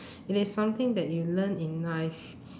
it is something that you learn in life